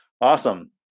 Awesome